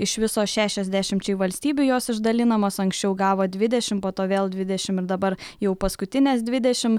iš viso šešiasdešimčiai valstybių jos išdalinamos anksčiau gavo dvidešimt po to vėl dvidešimt ir dabar jau paskutines dvidešim